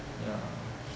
ya